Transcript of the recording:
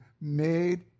made